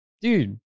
Dude